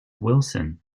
wilson